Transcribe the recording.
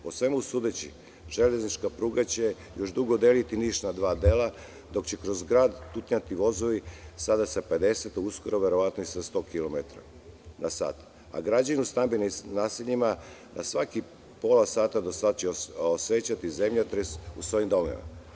Po svemu sudeći, železnička pruga će još dugo deliti Niš na dva dela, dok će kroz grad tutnjati vozovi, sada sa 50, a uskoro verovatno i sa 100 kilometara na sat, a građani u stambenim naseljima na svakih pola sata će osećati zemljotres u svojim domovima.